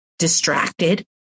distracted